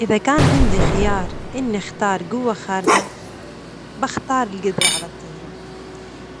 إذا كان عندي خيار أني أختار جوة خارجة، بختار الجدرة على الطيران،